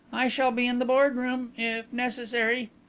i shall be in the boardroom if necessary.